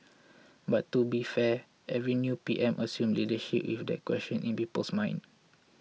but to be fair every new P M assumes leadership with that question in people's minds